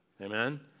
Amen